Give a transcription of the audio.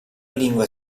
lingua